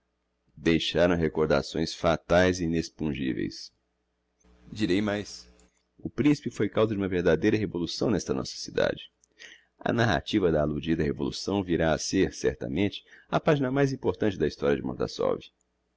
deixaram recordações fataes e inexpungiveis direi mais o principe foi causa de uma verdadeira revolução n'esta nossa cidade a narrativa da alludida revolução virá a ser certamente a pagina mais importante da historia de